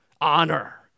honor